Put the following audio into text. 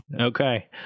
okay